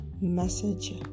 message